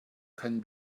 can